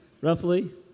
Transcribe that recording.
Roughly